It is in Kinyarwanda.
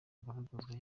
agaragazwa